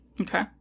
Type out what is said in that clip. Okay